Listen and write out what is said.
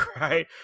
right